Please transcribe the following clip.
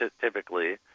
typically